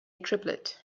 triplet